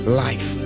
life